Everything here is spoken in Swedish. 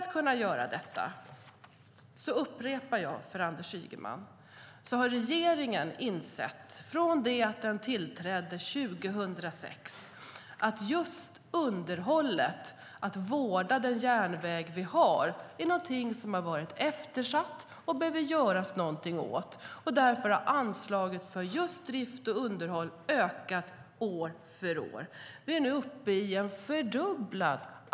Jag vill upprepa för Anders Ygeman att regeringen insåg redan när den tillträdde 2006 att underhållet har varit eftersatt, och att det behöver göras någonting åt det. Därför har anslaget för drift och underhåll ökat år efter år.